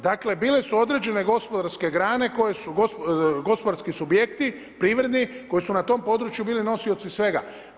Dakle, bile su određene gospodarske grane koje su, gospodarski subjekti privredni koji su na tom području bili nosioci svega.